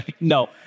No